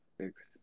six